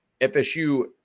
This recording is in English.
FSU